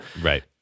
Right